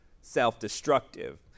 self-destructive